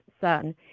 son